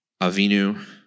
Avinu